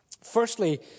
Firstly